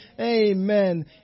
Amen